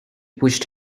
pushed